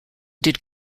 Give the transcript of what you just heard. did